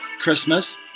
Christmas